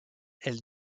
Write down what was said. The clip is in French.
elle